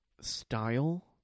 style